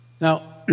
now